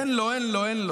אין לו, אין לו.